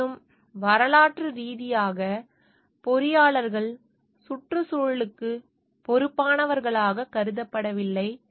இருப்பினும் வரலாற்று ரீதியாக பொறியாளர்கள் சுற்றுச்சூழலுக்கு பொறுப்பானவர்களாக கருதப்படவில்லை